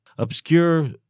Obscure